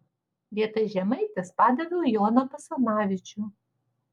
vietoj žemaitės padaviau joną basanavičių